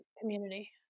community